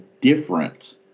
different